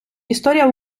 історія